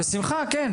בשמחה כן.